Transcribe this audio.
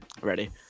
Ready